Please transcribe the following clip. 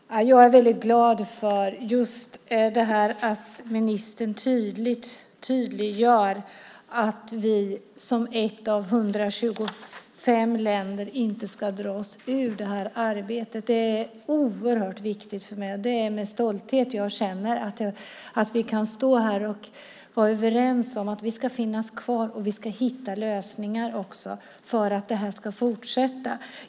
Herr talman! Jag är väldigt glad för just att ministern tydligt klargör att vi som 1 av 125 länder inte ska dra oss ur det här arbetet. Det är oerhört viktigt för mig. Det är med stolthet jag känner att vi kan stå här och vara överens om att vi ska finnas kvar och att vi ska hitta lösningar för att det ska fortsätta.